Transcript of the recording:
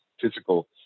physical